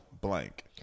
blank